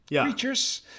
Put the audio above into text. creatures